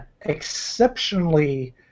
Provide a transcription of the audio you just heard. exceptionally